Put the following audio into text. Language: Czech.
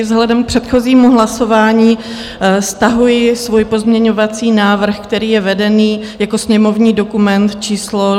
Vzhledem k předchozímu hlasování stahuji svůj pozměňovací návrh, který je vedený jako sněmovní dokument číslo 2451.